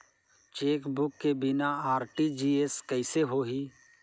Chequebook के बिना RTGS कइसे होही?